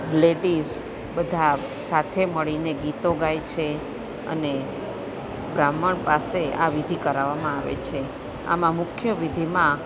ladies બધા સાથે મળીને ગીતો ગાય છે અને બ્રાહ્મણ પાસે આ વિધિ કરાવામાં આવે છે આમાં મુખ્ય વિધિમાં